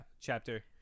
chapter